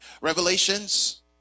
Revelations